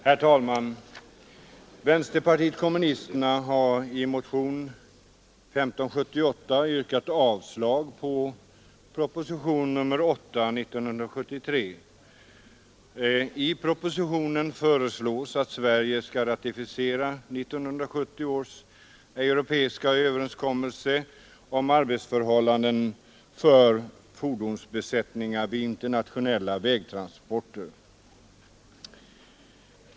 Herr talman! Vänsterpartiet kommunisterna har i motionen 1578 yrkat avslag på propositionen 8. I propositionen föreslås att Sverige skall ratificera 1970 års europeiska överenskommelse om arbetsförhållanden för fordonsbesättningar vid internationella vägtransporter.